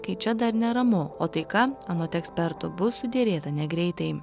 kai čia dar neramu o taika anot ekspertų bus suderėta negreitai